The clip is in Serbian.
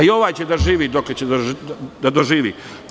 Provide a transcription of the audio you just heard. I ovaj će da živi dokle će da doživi.